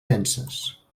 denses